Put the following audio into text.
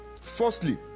firstly